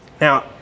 Now